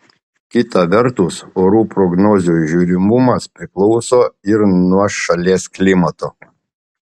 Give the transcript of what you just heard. kita vertus orų prognozių žiūrimumas priklauso ir nuo šalies klimato